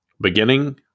Beginning